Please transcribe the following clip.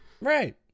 Right